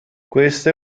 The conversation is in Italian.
queste